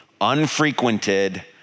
unfrequented